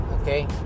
Okay